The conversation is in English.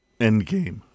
Endgame